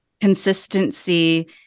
consistency